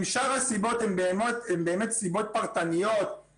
שאר הסיבות הן באמת סיבות פרטניות.